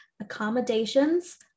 accommodations